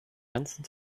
ganzen